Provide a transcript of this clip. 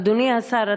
אדוני השר,